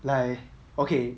like okay